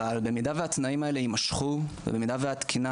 אבל אם התנאים האלה האלה יימשכו ואם התקינה